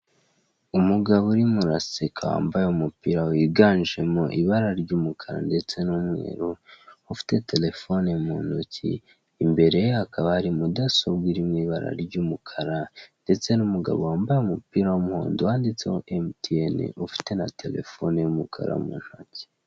Umugabo urimo uruseka wambaye umupira wiganje mu ibara ry'umukara ndetse n'umweru ufite telefone mu ntoki, imbere ye hakaba hari mudasobwa iri mu ibara ry'umukara ndetse n'umugabo wambaye umupira w'umuhondo wanditseho Emutiyeni, ufite na terefone y'umukara mu ntoki.